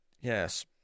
yes